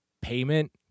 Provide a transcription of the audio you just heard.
payment